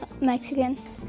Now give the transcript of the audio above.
Mexican